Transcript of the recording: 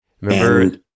Remember